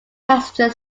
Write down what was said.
passenger